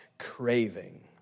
craving